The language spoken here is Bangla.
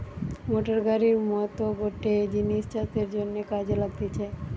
মোটর গাড়ির মত গটে জিনিস চাষের জন্যে কাজে লাগতিছে